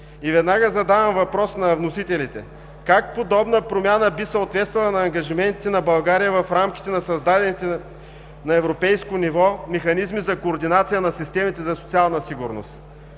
Веднага задавам въпрос на вносителите: как подобна промяна би съответствала на ангажиментите на България в рамките на създадените на европейско ниво механизми за координация на системите за социална сигурност?